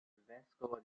vescovo